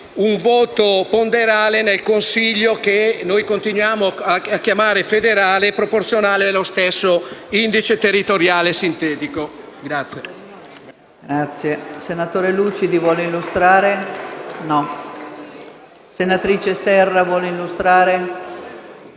un voto ponderale nel Consiglio - che noi continuiamo a chiamare «federale» - e proporzionale allo stesso indice territoriale sintetico.